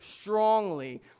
strongly